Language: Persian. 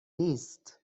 نیست